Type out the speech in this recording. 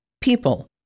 People